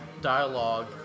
dialogue